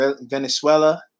Venezuela